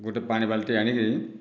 ଗୋଟିଏ ପାଣି ବାଲ୍ଟି ଆଣିକରି